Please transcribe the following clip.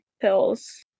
pills